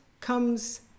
comes